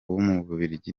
w’umubiligi